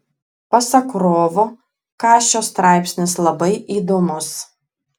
pasak rovo kašio straipsnis labai įdomus